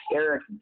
eric